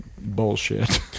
bullshit